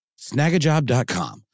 Snagajob.com